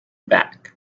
back